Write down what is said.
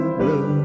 blue